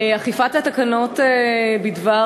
אכיפת התקנות בדבר